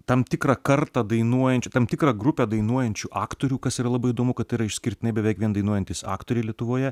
tam tikrą kartą dainuojančių tam tikrą grupę dainuojančių aktorių kas yra labai įdomu kad tai yra išskirtinai beveik vien dainuojantys aktoriai lietuvoje